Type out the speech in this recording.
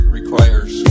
requires